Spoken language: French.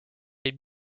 les